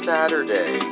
Saturday